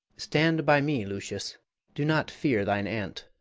stand by me, lucius do not fear thine aunt.